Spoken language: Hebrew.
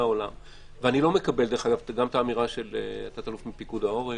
אני לא מקבל את האמירה של תת אלוף מפיקוד העורף.